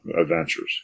adventures